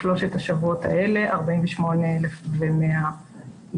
בשלושת השבועות האלה: 48,100 איש.